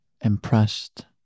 impressed